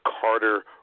Carter